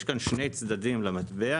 יש כאן שני צדדים למטבע: